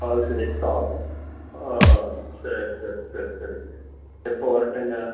அது சரி எக்ஸ்ட்ரா ஆகும் ஆ சரி சரி சரி சரிங்க எப்போ வரட்டுங்க